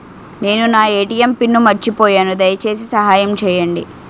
నేను నా ATM pin మర్చిపోయాను, దయచేసి సహాయం చేయండి